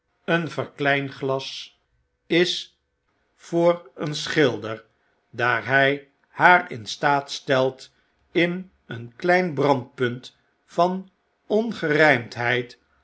een verkleinglas is voor een schilder daar hij haar in staat stelt in een klein brandpunt van